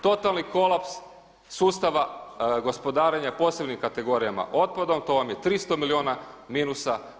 Totalni kolaps sustava gospodarenja posebnim kategorijama, otpadom, to vam je 300 milijuna minusa.